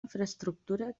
infraestructura